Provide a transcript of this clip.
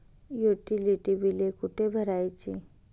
Utility बिले कुठे भरायची?